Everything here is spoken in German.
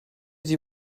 die